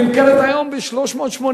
נמכרת היום ב-380,000,